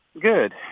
good